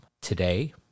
today